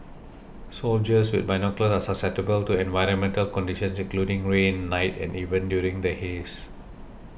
soldiers with binoculars are susceptible to environmental conditions including rain night and even during the haze